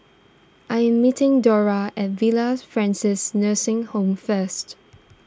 I am meeting Dora at Villa Francis Nursing Home first